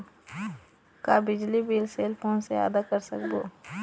का बिजली bill cell phone से आदा कर सकबो?